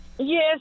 yes